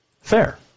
fair